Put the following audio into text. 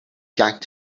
yanked